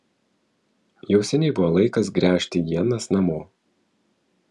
jau seniai buvo laikas gręžti ienas namo